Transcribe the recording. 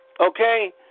Okay